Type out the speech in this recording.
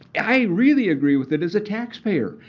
i really agree with it as a taxpayer.